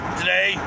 today